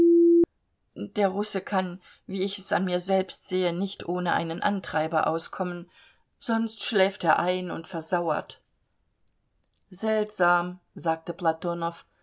der russe kann wie ich es an mir selbst sehe nicht ohne einen antreiber auskommen sonst schläft er ein und versauert seltsam sagte